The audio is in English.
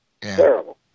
Terrible